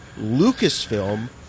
Lucasfilm